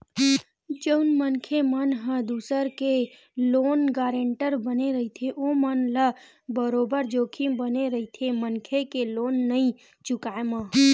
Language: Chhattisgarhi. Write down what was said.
जउन मनखे मन ह दूसर के लोन गारेंटर बने रहिथे ओमन ल बरोबर जोखिम बने रहिथे मनखे के लोन नइ चुकाय म